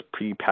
prepackaged